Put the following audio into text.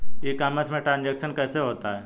ई commerce में transaction कैसे होता है?